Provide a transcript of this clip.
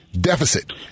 deficit